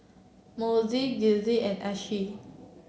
Mossie Giselle and Ashlie